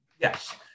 Yes